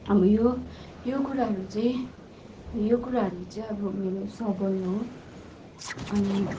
अब यो यो कुराहरू चाहिँ यो कुराहरू चाहिँ अब मेरो सबल हो अनि